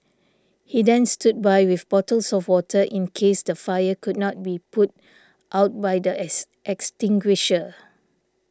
he then stood by with bottles of water in case the fire could not be put out by the extinguisher